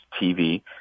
TV